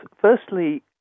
firstly